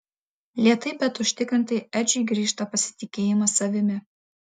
lėtai bet užtikrintai edžiui grįžta pasitikėjimas savimi